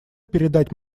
передать